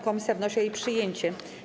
Komisja wnosi o jej przyjęcie.